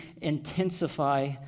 intensify